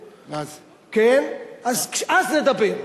אז נדבר.